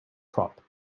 crop